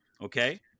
Okay